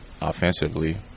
offensively